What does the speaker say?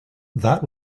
that